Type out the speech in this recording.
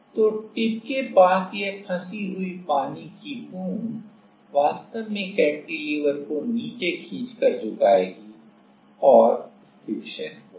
तो टिप के पास यह फंसी हुई पानी की बूंद वास्तव में कैंटिलीवर को नीचे खींचकर झुकाएगी और स्टिक्शन होगा